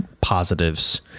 positives